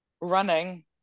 running